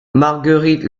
marguerite